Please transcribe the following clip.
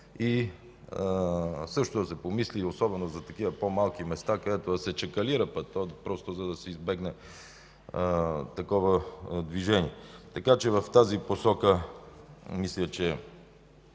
Също да се помисли, особено за такива по-малки места, където да се чакълира пътят, просто за да се избегне такова движение. Така че в тази посока мисля, че